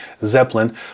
Zeppelin